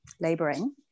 laboring